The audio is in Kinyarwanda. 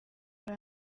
hari